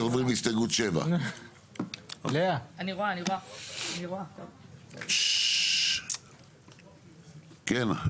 עוברים להסתייגות מספר 7. כן.